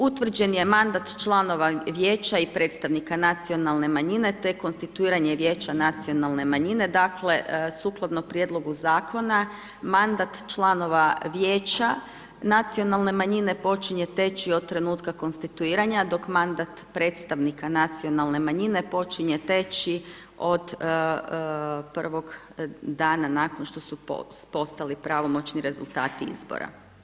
Utvrđen je mandat članova vijeća i predstavnika nacionalne manjine te konstituiranje vijeća nacionalne manjine, dakle sukladno prijedlogu zakona, mandat članova vijeća nacionalne manjine počinje teći od trenutka konstituiranja dok mandat predstavnika nacionalne manjine počinje teći od prvog dana nakon što su postali pravomoćni rezultati izbora.